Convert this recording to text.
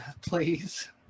Please